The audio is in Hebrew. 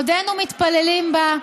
עודנו מתפללים בה,